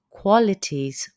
qualities